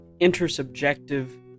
intersubjective